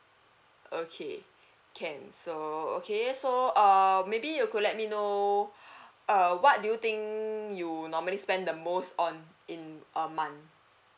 okay can so okay so err maybe you could let me know err what do you think you would normally spent the most on in a month